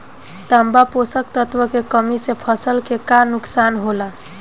तांबा पोषक तत्व के कमी से फसल के का नुकसान होला?